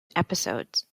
episodes